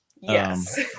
Yes